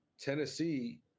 Tennessee